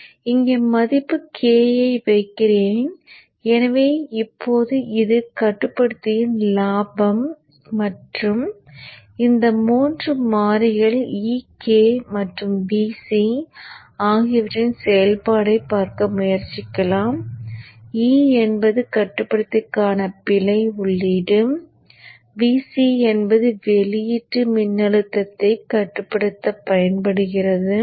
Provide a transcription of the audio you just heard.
இங்கே மதிப்பு k ஐ வைக்கிறேன் எனவே இப்போது இது கட்டுப்படுத்தியின் லாபம் மற்றும் இந்த 3 மாறிகள் e k மற்றும் Vc ஆகியவற்றின் செயல்பாட்டை பார்க்க முயற்சிக்கலாம் e என்பது கட்டுப்படுத்திக்கான பிழை உள்ளீடு Vc என்பது வெளியீட்டு மின்னழுத்தத்தை கட்டுப்படுத்த பயன்படுகிறது